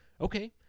okay